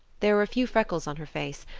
there were a few freckles on her face,